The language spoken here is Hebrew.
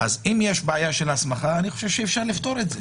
אם יש בעיה של הסמכה, אני חושב שאפשר לפתור את זה.